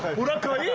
wouldn't go yeah